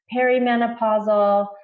perimenopausal